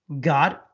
God